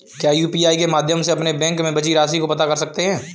क्या यू.पी.आई के माध्यम से अपने बैंक में बची राशि को पता कर सकते हैं?